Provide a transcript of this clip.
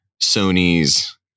Sony's